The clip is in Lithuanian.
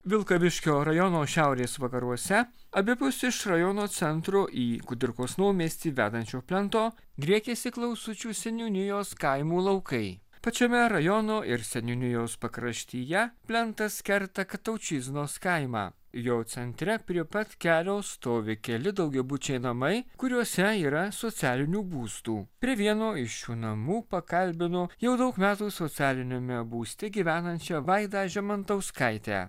vilkaviškio rajono šiaurės vakaruose abipus iš rajono centro į kudirkos naumiestį vedančio plento driekiasi klausučių seniūnijos kaimų laukai pačiame rajono ir seniūnijos pakraštyje plentas kerta kataučiznos kaimą jo centre prie pat kelio stovi keli daugiabučiai namai kuriuose yra socialinių būstų prie vieno iš šių namų pakalbinu jau daug metų socialiniame būste gyvenančią vaidą žemantauskaitę